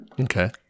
Okay